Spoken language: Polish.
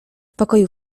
pokoju